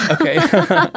Okay